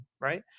Right